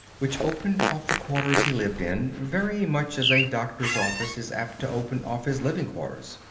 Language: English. which opened off the quarters he lived in very much as a doctor's office is apt to open off his living quarters.